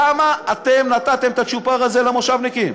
למה אתם נתתם את הצ'ופר הזה לקיבוצניקים?